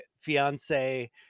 fiance